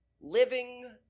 Living